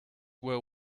were